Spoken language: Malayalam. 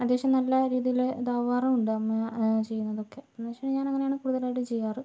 അത്യാവശ്യം നല്ല രീതിയിൽ ഇതാവാറും ഉണ്ട് അമ്മ ചെയ്യുന്നതൊക്കെ എന്ന് വച്ചാൽ ഞാൻ അങ്ങനെയാണ് കൂടുതലായിട്ടും ചെയ്യാറ്